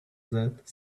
that